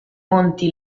monti